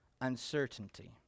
uncertainty